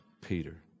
Peter